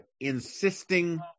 insisting